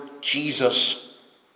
Jesus